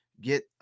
get